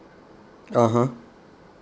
(uh huh)